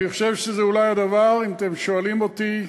אני חושב שזה אולי הדבר, אם אתם שואלים אותי,